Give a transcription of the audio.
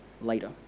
later